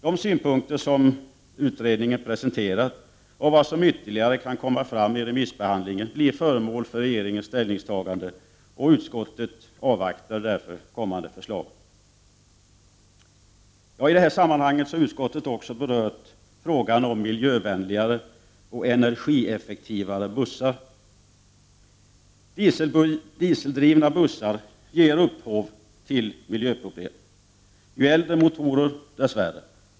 De synpunkter som utredningen presenterat och vad som ytterligare kan komma fram i remissbehandling blir föremål för regeringens ställningstagande. Utskottet avvaktar därför kommande förslag. I detta sammanhang har utskottet också berört frågan om miljövänligare och energieffektivare bussar. Dieseldrivna bussar ger upphov till miljöproblem — ju äldre motorer dess värre.